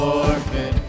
orphan